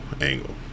angle